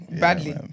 badly